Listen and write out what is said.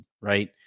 Right